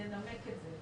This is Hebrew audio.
לנמק את זה.